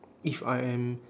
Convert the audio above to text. if I am